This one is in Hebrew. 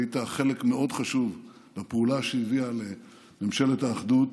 היית חלק מאוד חשוב בפעולה שהביאה לממשלת האחדות